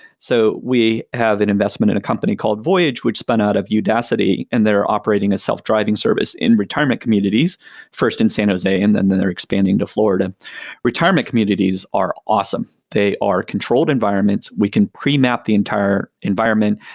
so we have an investment in a company called voyage, which spun out of udacity and they're operating a self-driving service in retirement communities first in san jose, and then then they're expanding to florida retirement communities are awesome. they are controlled environments. we can pre-map the entire environment.